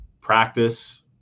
practice